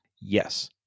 Yes